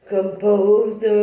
Composed